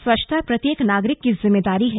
स्वच्छता प्रत्येक नागरिक की जिम्मेदारी है